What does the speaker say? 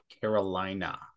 Carolina